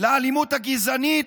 לאלימות הגזענית,